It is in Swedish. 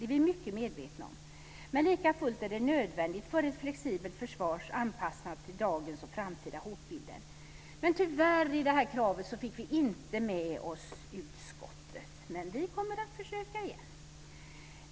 Det är vi mycket medvetna om, men likafullt är det nödvändigt för ett flexibelt försvar anpassat till dagens och framtidens hotbilder. Tyvärr fick vi inte med oss utskottet på det här kravet, men vi kommer att försöka igen.